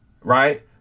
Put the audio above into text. Right